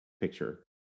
picture